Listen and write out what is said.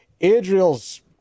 Adriel's